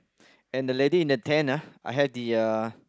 and the lady in the tent ah I had the uh